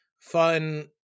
fun